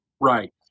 Right